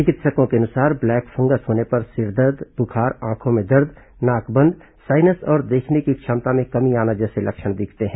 चिकित्सकों के अनुसार ब्लैक फंगस होने पर सिर दर्द बुखार आंखों में दर्द नाक बंद साइनस और देखने की क्षमता में कमी आना जैसे लक्षण दिखते हैं